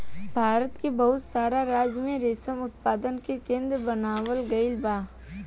भारत के बहुत सारा राज्य में रेशम उत्पादन के केंद्र बनावल गईल बा